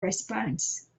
response